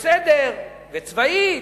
וצבאית,